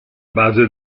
base